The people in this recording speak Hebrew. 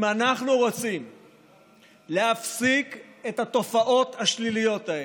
אם אנחנו רוצים להפסיק את התופעות השליליות האלה,